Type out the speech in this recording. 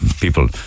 people